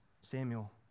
Samuel